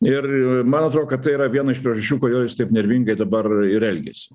ir man atrodo kad tai yra viena iš priežasčių kodėl jis taip nervingai dabar ir elgiasi